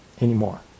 anymore